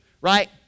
right